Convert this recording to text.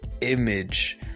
image